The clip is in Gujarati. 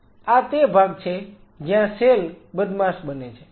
આ તે ભાગ છે જ્યાં સેલ બદમાશ બને છે